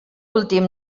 últim